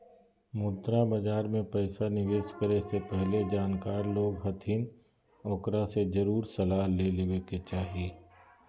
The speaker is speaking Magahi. मुद्रा बाजार मे पैसा निवेश करे से पहले जानकार लोग हथिन ओकरा से जरुर सलाह ले लेवे के चाही